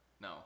No